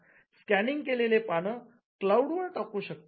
scanning केलेले पानं cloud वर टाकू शकतात